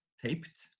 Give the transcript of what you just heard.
taped